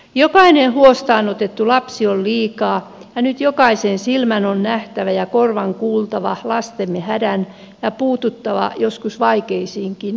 jokainen huostaanotettu lapsi on liikaa ja nyt jokaisen silmän on nähtävä ja korvan kuultava lastemme hätä ja puututtava joskus vaikeisiinkin tapauksiin